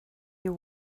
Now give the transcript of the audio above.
you